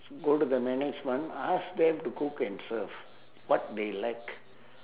go to the management ask them to cook and serve what they like